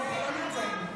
הם לא נמצאים.